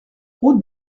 route